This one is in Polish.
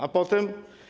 A potem?